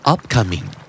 Upcoming